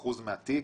40% מהתיק,